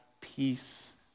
peace